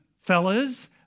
fellas